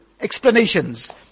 explanations